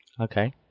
Okay